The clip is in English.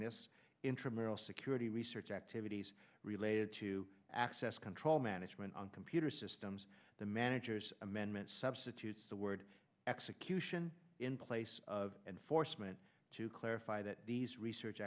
this intramural security research activities related to access control management on computer systems the manager's amendment substitutes the word execution in place and force meant to clarify that these research